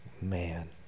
man